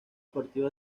partió